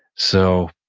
so,